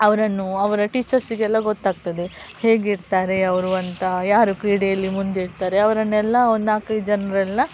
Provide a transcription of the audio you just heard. ಅವರನ್ನು ಅವರ ಟೀಚರ್ಸಿಗೆಲ್ಲ ಗೊತ್ತಾಗ್ತದೆ ಹೇಗಿರ್ತಾರೆ ಅವರು ಅಂತ ಯಾರು ಕ್ರೀಡೆಯಲ್ಲಿ ಮುಂದಿರ್ತಾರೆ ಅವರನ್ನೆಲ್ಲ ಒಂದು ನಾಲ್ಕೈದು ಜನರೆಲ್ಲ